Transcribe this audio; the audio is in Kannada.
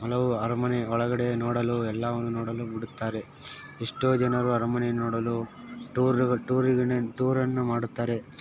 ಹಲವು ಅರಮನೆ ಒಳಗಡೆ ನೋಡಲು ಎಲ್ಲವನ್ನು ನೋಡಲು ಬಿಡುತ್ತಾರೆ ಎಷ್ಟೋ ಜನರು ಅರಮನೆ ನೋಡಲು ಟೂರಿಗೂ ಟೂರಿಗೂ ಟೂರನ್ನು ಮಾಡುತ್ತಾರೆ